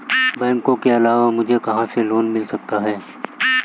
बैंकों के अलावा मुझे कहां से लोंन मिल सकता है?